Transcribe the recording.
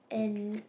and